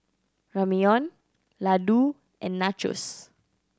Ramyeon Ladoo and Nachos